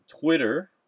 Twitter